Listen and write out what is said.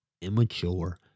immature